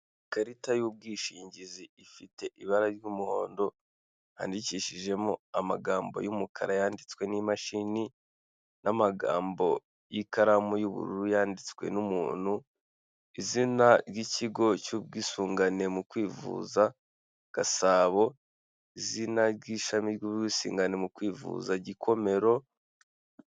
Ikarita y'ubwishingizi ifite ibara ry'umuhondo yandikishijemo amagambo y’ umukara yanditswe n'imashini n'amagambo y'ikaramu y'ubururu yanditswe n'umuntu izina ryikigo cy’ubwisungane mu kwivuza Gasabo izina ry'ishami ubwisungane mu kwivuza gikomero.